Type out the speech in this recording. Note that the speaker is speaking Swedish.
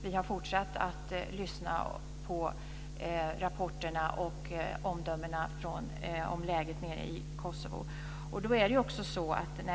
Vi har fortsatt att lyssna på rapporterna och omdömena om läget nere i Kosovo.